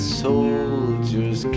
soldiers